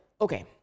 okay